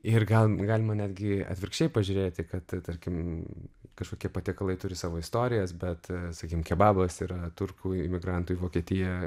ir gal galima netgi atvirkščiai pažiūrėti kad tarkim kažkokie patiekalai turi savo istorijas bet sakykim kebabas yra turkų imigrantų į vokietiją